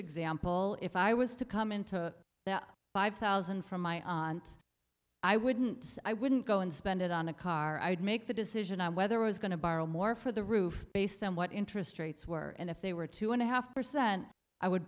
example if i was to come into five thousand from my i wouldn't i wouldn't go and spend it on a car i'd make the decision on whether was going to borrow more for the roof based on what interest rates were and if they were two and a half percent i would